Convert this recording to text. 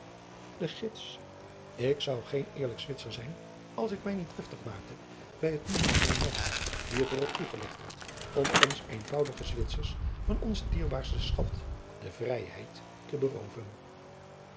de gids ik zou geen eerlijk zwitser zijn als ik mij niet driftig maakte bij het noemen van een man die het er op toegelegd had om ons eenvoudige zwitsers van onzen dierbaarsten schat de vrijheid te berooven